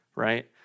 Right